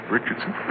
Richardson